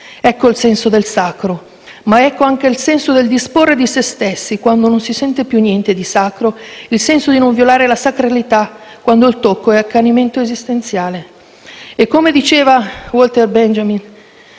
Ecco il senso del sacro, ma ecco anche il senso del disporre di se stessi quando non si sente più niente di sacro, il senso di non violare la sacralità quando il tocco è accanimento esistenziale. Diceva Walter Benjamin,